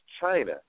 China